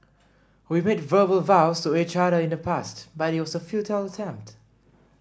we made verbal vows to each other in the past but it was a futile attempt